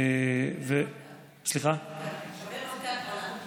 שווה מחקר.